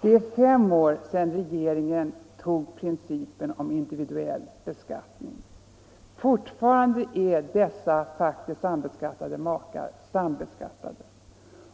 Det är fem år sedan riksdagen tog principen om individuell beskattning. Fortfarande har vi kvar den faktiska sambeskattningen